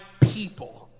people